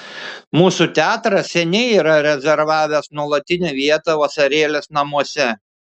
mūsų teatras seniai yra rezervavęs nuolatinę vietą vasarėlės namuose